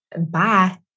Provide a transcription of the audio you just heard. Bye